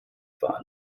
war